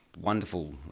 Wonderful